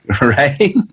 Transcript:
Right